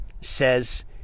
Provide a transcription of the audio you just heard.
says